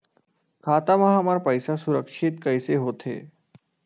खाता मा हमर पईसा सुरक्षित कइसे हो थे?